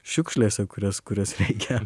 šiukšlėse kurias kurias reikia